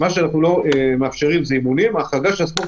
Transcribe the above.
אנחנו לא מאפשרים אימונים וההחרגה של הספורט